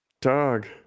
Dog